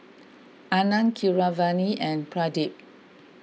Anand Keeravani and Pradip